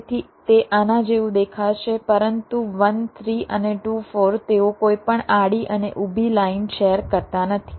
તેથી તે આના જેવું દેખાશે પરંતુ 1 3 અને 2 4 તેઓ કોઈપણ આડી અને ઊભી લાઇન શેર કરતા નથી